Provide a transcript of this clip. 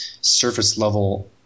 surface-level